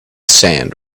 sand